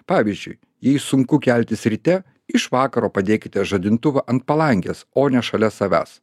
pavyzdžiui jei sunku keltis ryte iš vakaro padėkite žadintuvą ant palangės o ne šalia savęs